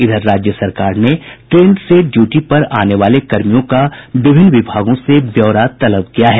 इधर राज्य सरकार ने ट्रेन से ड्यूटी आने वाले कर्मियों का विभिन्न विभागों से ब्यौरा तलब किया है